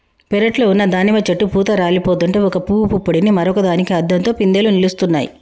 పెరట్లో ఉన్న దానిమ్మ చెట్టు పూత రాలిపోతుంటే ఒక పూవు పుప్పొడిని మరొక దానికి అద్దంతో పిందెలు నిలుస్తున్నాయి